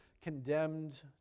condemned